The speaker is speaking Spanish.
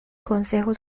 consejo